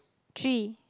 three